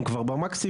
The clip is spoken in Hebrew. הם כבר במקסימום,